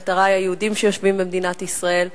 המטרה היא היהודים שיושבים במדינת ישראל.